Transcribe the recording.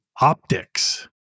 optics